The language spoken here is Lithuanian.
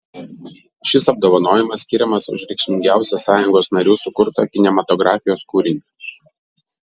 šis apdovanojimas skiriamas už reikšmingiausią sąjungos narių sukurtą kinematografijos kūrinį